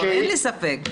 אין לי ספק,